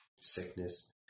sickness